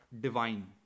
divine